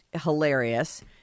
hilarious